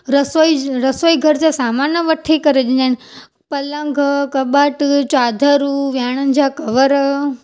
रसोई जो रसोई घर जा सामान वठी करे ॾींदा आहिनि पलंग कॿटु चादरूं वियाणनि जा कवर